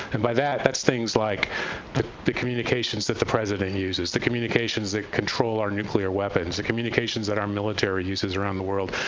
and by that, that's things like but the communications that the president uses, the communications that control our nuclear weapons, the communications that our military uses around the world,